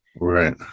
right